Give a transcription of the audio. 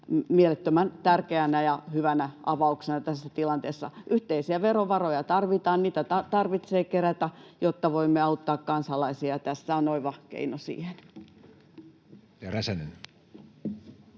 mielettömän tärkeänä ja hyvänä avauksena tässä tilanteessa. Yhteisiä verovaroja tarvitaan, niitä tarvitsee kerätä, jotta voimme auttaa kansalaisia. Tässä on oiva keino siihen.